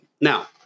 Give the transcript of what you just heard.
Now